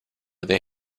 they